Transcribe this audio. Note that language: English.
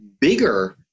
bigger